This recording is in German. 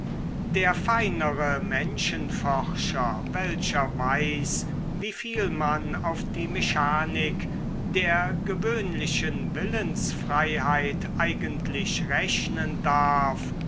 der feinere menschenforscher welcher weiß wie viel man auf die mechanik der gewöhnlichen willensfreiheit eigentlich rechnen darf